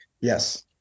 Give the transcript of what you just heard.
Yes